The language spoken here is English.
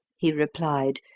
he replied,